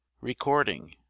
Recording